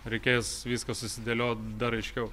reikės viską susidėliot dar aiškiau